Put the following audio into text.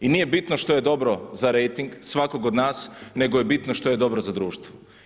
I nije bitno što je dobro za rejting svakog od nas, nego je bitno što je dobro za društvo.